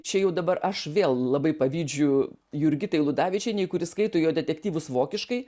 čia jau dabar aš vėl labai pavydžiu jurgitai ludavičienei kuri skaito jo detektyvus vokiškai